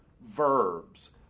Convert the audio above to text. verbs